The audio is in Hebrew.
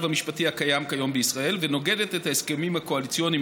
המשפטי הקיים כיום בישראל ונוגדת את ההסכמים הקואליציוניים,